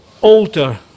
alter